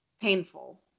painful